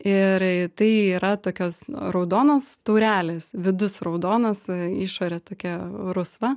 ir tai yra tokios raudonos taurelės vidus raudonas išorė tokia rusva